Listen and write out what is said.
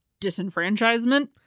disenfranchisement